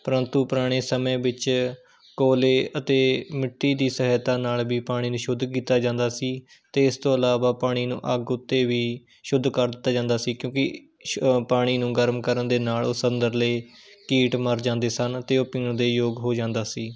ਪ੍ਰੰਤੂ ਪੁਰਾਣੇ ਸਮੇਂ ਵਿੱਚ ਕੋਲੇ ਅਤੇ ਮਿੱਟੀ ਦੀ ਸਹਾਇਤਾ ਨਾਲ ਵੀ ਪਾਣੀ ਨੂੰ ਸ਼ੁੱਧ ਕੀਤਾ ਜਾਂਦਾ ਸੀ ਅਤੇ ਇਸ ਤੋਂ ਇਲਾਵਾ ਪਾਣੀ ਨੂੰ ਅੱਗ ਉੱਤੇ ਵੀ ਸ਼ੁੱਧ ਕਰ ਦਿੱਤਾ ਜਾਂਦਾ ਸੀ ਕਿਉਂਕਿ ਸ਼ੁੱ ਪਾਣੀ ਨੂੰ ਗਰਮ ਕਰਨ ਦੇ ਨਾਲ ਉਸ ਅੰਦਰਲੇ ਕੀਟ ਮਰ ਜਾਂਦੇ ਸਨ ਅਤੇ ਉਹ ਪੀਣ ਦੇ ਯੋਗ ਹੋ ਜਾਂਦਾ ਸੀ